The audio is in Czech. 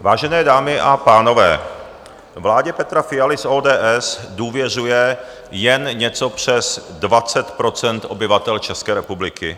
Vážené dámy a pánové, vládě Petra Fialy z ODS důvěřuje jen něco přes 20 % obyvatel České republiky.